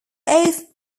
off